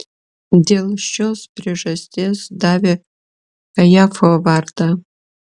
dėl šios priežasties davė kajafo vardą